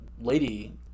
lady